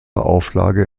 auflage